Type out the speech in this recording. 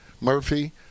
Murphy